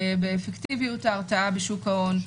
באפקטיביות ההרתעה בשוק ההון.